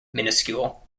minuscule